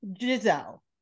giselle